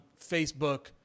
Facebook